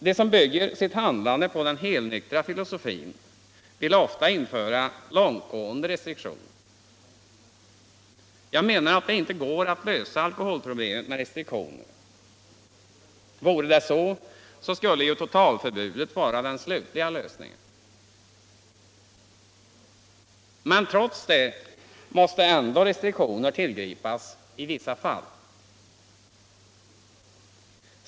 De som bygger sitt handlande på den helnyktra filosofin vill ofta införa långtgående restriktioner. Jag menar att det inte går att lösa alkoholproblemet med restriktioner. Vore det så skulle ju totalförbudet vara den slutliga lösningen. Men trots detta måste restriktioner tillgripas i vissa fall.